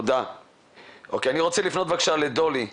דולי,